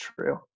true